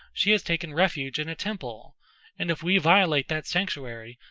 she has taken refuge in a temple and if we violate that sanctuary,